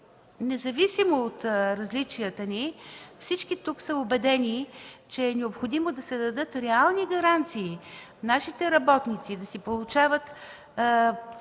независимо от различията ни всички тук са убедени, че е необходимо да се дадат реални гаранции нашите работници да си получават пълното